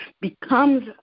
becomes